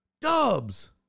Dubs